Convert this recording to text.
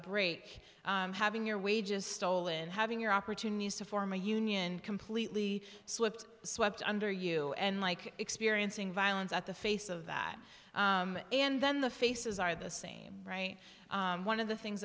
break having your wages stolen having your opportunities to form a union completely swept swept under you and like experiencing violence at the face of that and then the faces are the same one of the things